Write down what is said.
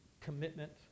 commitment